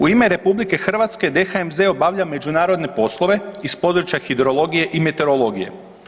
U ime RH DHMZ obavlja međunarodne poslove iz područja hidrologije i meteorologije.